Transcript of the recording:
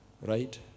Right